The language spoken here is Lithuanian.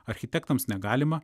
architektams negalima